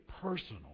personal